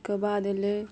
ओहिके बाद अयलै